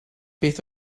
beth